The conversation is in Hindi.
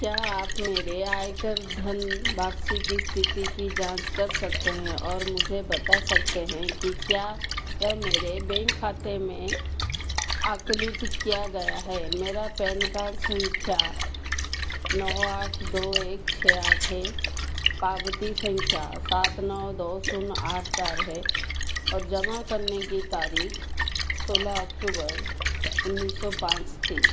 क्या आप मेरे आयकर धन वापसी की स्थिति की जाँच कर सकते हैं और मुझे बता सकते हैं कि क्या यह मेरे बैंक खाते में आंकलित किया गया है मेरा पैन कार्ड संख्या नौ आठ दो एक छः आठ है पावती संख्या सात नौ दो शून्य आठ चार है और जमा करने की तारीख़ सोलह अक्टूबर उन्नीस सौ पाँच थी